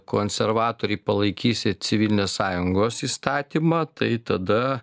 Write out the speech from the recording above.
konservatoriai palaikysit civilinės sąjungos įstatymą tai tada